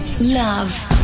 Love